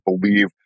believe